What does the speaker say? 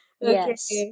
yes